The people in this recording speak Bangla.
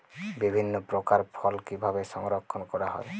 বিভিন্ন প্রকার ফল কিভাবে সংরক্ষণ করা হয়?